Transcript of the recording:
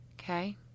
okay